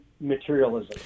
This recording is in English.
materialism